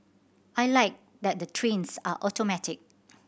I like that the trains are automatic